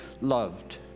loved